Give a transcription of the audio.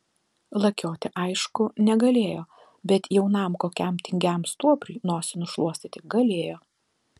lakioti aišku negalėjo bet jaunam kokiam tingiam stuobriui nosį nušluostyti galėjo